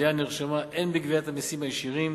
עלייה נרשמה הן בגביית המסים הישירים